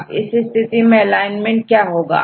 आप इस स्थिति में एलाइनमेंट क्या होगा